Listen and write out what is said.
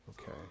okay